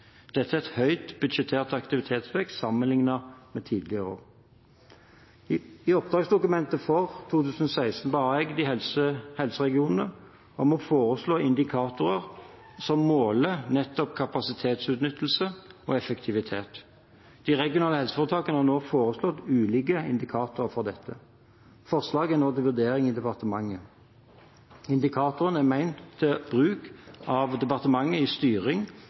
Dette er en høyt budsjettert aktivitetsvekst sammenliknet med tidligere år. I oppdragsdokumentet for 2016 ba jeg helseregionene om å foreslå indikatorer som måler nettopp kapasitetsutnyttelse og effektivitet. De regionale helseforetakene har nå foreslått ulike indikatorer for dette. Forslagene er nå til vurdering i departementet. Indikatorene er ment til bruk av departementet til styring